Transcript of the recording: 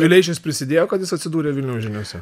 vileišis prisidėjo kad jis atsidūrė vilniaus žiniose